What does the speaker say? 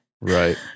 Right